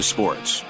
Sports